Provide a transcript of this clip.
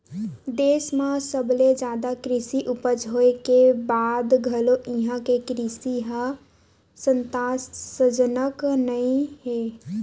देस म सबले जादा कृषि उपज होए के बाद घलो इहां के कृषि ह संतासजनक नइ हे